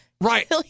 Right